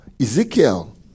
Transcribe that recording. Ezekiel